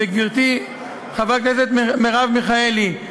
גברתי חברת הכנסת מרב מיכאלי,